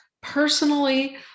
personally